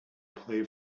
play